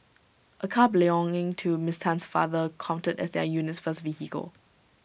A car belonging to miss Tan's father counted as their unit's first vehicle